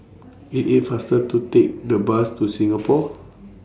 IT IS faster to Take The Bus to Singapore